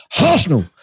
Arsenal